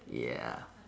yeah